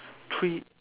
three